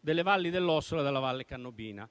delle Valli dell'Ossola e della Valle Cannobina.